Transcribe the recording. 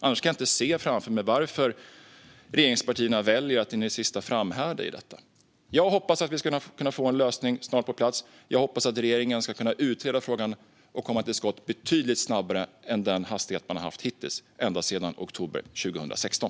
Annars kan jag inte se framför mig varför regeringspartierna väljer att in i det sista framhärda i detta. Jag hoppas att vi ska kunna få en lösning på plats snart. Jag hoppas att regeringen ska kunna utreda frågan och komma till skott betydligt snabbare än med den hastighet man haft hittills ända sedan oktober 2016.